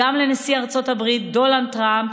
גם את נשיא ארצות הברית דונלד טראמפ